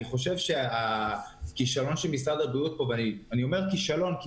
אני חושב שהכישלון של משרד הבריאות נובע גם מהשימוש